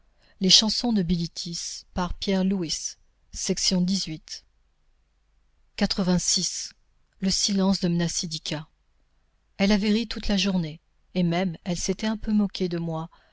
le silence de mnasidika elle avait ri toute la journée et même elle s'était un peu moquée de moi